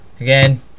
Again